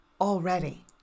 already